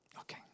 Okay